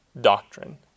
doctrine